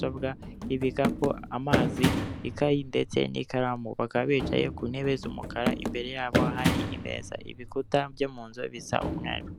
hakabamo n'amasabune y'amazi. Iri duka rikaba rifite amatara yaka umweru.